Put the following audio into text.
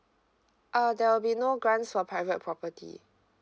uh there will be no grants for private property